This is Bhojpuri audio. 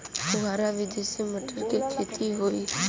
फुहरा विधि से मटर के खेती होई